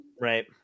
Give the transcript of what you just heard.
Right